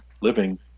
living